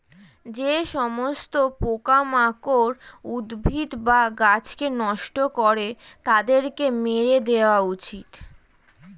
যে সমস্ত পোকামাকড় উদ্ভিদ বা গাছকে নষ্ট করে তাদেরকে মেরে দেওয়া উচিত